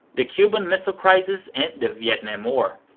the cuban missile crisis and the vietnam war.